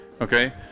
okay